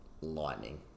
lightning